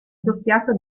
doppiato